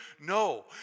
No